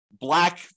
black